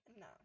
No